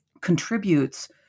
contributes